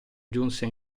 giunse